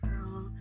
girl